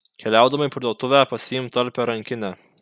keliaudama į parduotuvę pasiimk talpią rankinę